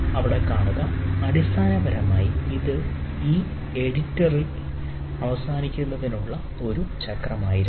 ഇവിടെ കാണുക അടിസ്ഥാനപരമായി ഇത് ഈ എഡിറ്ററിൽ അവസാനിക്കുന്നതിനുള്ള ഒരു ചക്രമായിരുന്നു